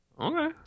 Okay